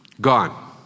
Gone